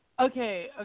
okay